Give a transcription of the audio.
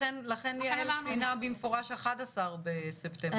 לכן יעל ציינה במפורש את ה-11.9.